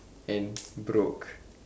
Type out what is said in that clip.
and broke